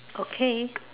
okay